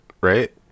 right